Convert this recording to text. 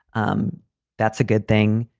um that's a good thing.